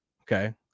Okay